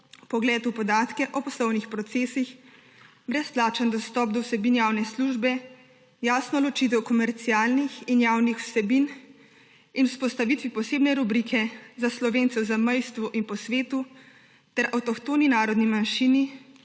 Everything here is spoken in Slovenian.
vpogled v podatke o poslovnih procesih, brezplačen dostop do vsebin javne službe, jasno ločitev komercialnih in javnih vsebin in vzpostavitev posebne rubrike za Slovence v zamejstvu in po svetu ter avtohtoni narodni manjšini